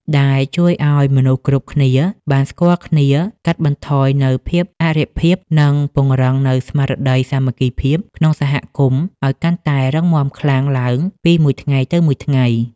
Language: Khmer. ដែលជួយឱ្យមនុស្សគ្រប់គ្នាបានស្គាល់គ្នា កាត់បន្ថយនូវភាពអរិភាព និងពង្រឹងនូវស្មារតីសាមគ្គីភាពក្នុងសហគមន៍ឱ្យកាន់តែរឹងមាំខ្លាំងឡើងពីមួយថ្ងៃទៅមួយថ្ងៃ។